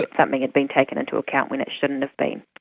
that something had been taken into account when it shouldn't have been.